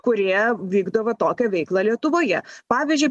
kurie vykdo va tokią veiklą lietuvoje pavyzdžiui